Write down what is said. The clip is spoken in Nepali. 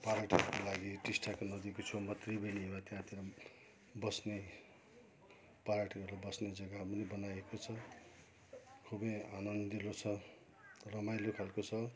पर्यटकहरूको लागि टिस्टाको नदीको छेउमा त्रिवेणीमा त्यहाँतिर बस्ने पर्यटकहरूलाई बस्ने जग्गा पनि बनाइएको छ खुबै आनन्दिलो छ रमाइलो खालको छ